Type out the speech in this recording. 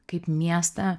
kaip miestą